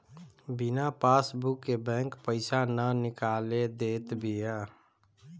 बिना पासबुक के बैंक पईसा ना निकाले देत बिया